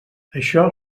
això